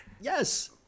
Yes